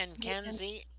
Kenzie